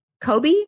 Kobe